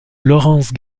laurence